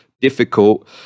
difficult